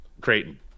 Creighton